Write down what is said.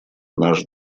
наш